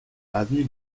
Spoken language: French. avenue